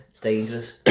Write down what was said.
dangerous